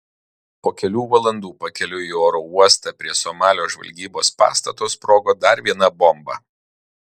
po kelių valandų pakeliui į oro uostą prie somalio žvalgybos pastato sprogo dar viena bomba